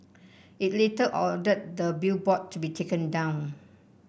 it later ordered the billboard to be taken down